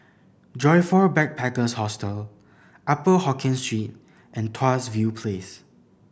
Joyfor Backpackers' Hostel Upper Hokkien Street and Tuas View Place